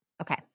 Okay